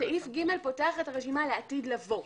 סעיף (ג) פותח את הרשימה לעתיד לבוא.